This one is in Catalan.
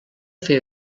fer